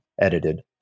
edited